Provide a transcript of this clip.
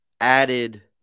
added